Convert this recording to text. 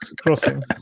crossing